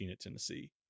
Tennessee